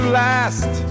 last